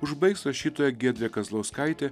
užbaigs rašytoja giedrė kazlauskaitė